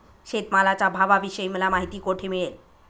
शेतमालाच्या भावाविषयी मला माहिती कोठे मिळेल?